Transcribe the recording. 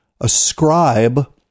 ascribe